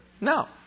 No